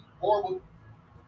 horrible